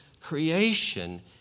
creation